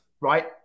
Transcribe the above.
right